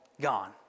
gone